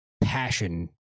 passion